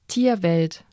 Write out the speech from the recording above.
Tierwelt